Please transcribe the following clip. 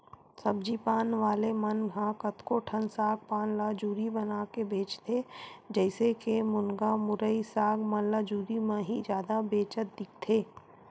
सब्जी पान वाले मन ह कतको ठन साग पान ल जुरी बनाके बेंचथे, जइसे के मुनगा, मुरई, साग मन ल जुरी म ही जादा बेंचत दिखथे